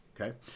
Okay